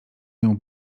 nią